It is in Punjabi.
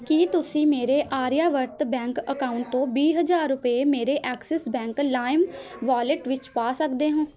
ਕੀ ਤੁਸੀਂ ਮੇਰੇ ਆਰਿਆਵਰਤ ਬੈਂਕ ਅਕਾਊਂਟ ਤੋਂ ਵੀਹ ਹਜ਼ਾਰ ਰੁਪਏ ਮੇਰੇ ਐਕਸਿਸ ਬੈਂਕ ਲਾਈਮ ਵੋਲਿਟ ਵਿੱਚ ਪਾ ਸਕਦੇ ਹੋ